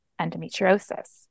endometriosis